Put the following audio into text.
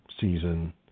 season –